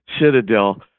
citadel